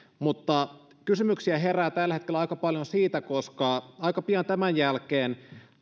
mutta kysymyksiä herää tällä hetkellä aika paljon siitä koska aika pian tämän jälkeen